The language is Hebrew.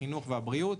החינוך או הבריאות.